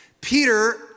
Peter